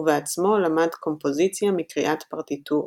ובעצמו למד קומפוזיציה מקריאת פרטיטורות.